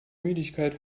müdigkeit